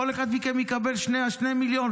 כל אחד מכם יקבל 2 מיליון,